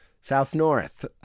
south-north